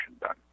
done